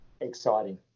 exciting